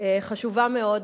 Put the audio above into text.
חשובה מאוד,